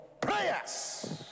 prayers